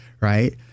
right